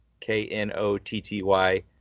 K-N-O-T-T-Y